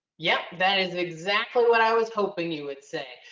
yep, that is exactly what i was hoping you would say.